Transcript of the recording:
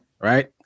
right